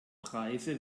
preise